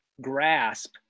grasp